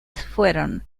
fueron